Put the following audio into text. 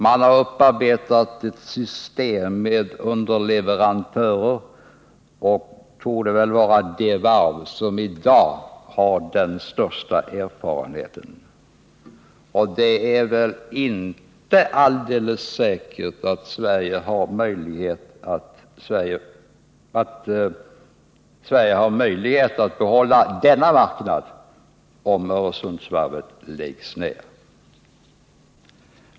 Varvet har upparbetat ett system med underleverantörer och torde vara det varv som i dag har den största erfarenheten. Det är väl inte alldeles säkert att Sverige har möjlighet att behålla denna marknad, om Öresundsvarvet läggs ned.